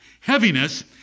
Heaviness